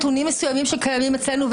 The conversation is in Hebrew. מסוימים שקיימים אצלנו,